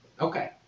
okay